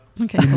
okay